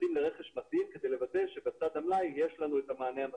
ויוצאים לרכש כדי לוודא שבצד המלאי יש לנו את המענה המתאים.